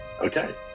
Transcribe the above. Okay